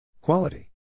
Quality